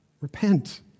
Repent